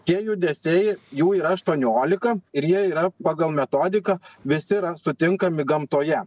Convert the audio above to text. tie judesiai jų yra aštuoniolika ir jie yra pagal metodiką visi yra sutinkami gamtoje